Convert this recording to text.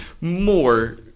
more